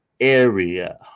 area